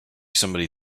somebody